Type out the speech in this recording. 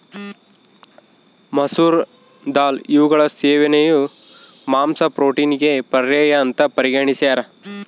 ಮಸೂರ ದಾಲ್ ಇವುಗಳ ಸೇವನೆಯು ಮಾಂಸ ಪ್ರೋಟೀನಿಗೆ ಪರ್ಯಾಯ ಅಂತ ಪರಿಗಣಿಸ್ಯಾರ